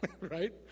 right